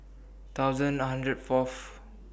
one thousand one hundred Fourth